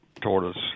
tortoise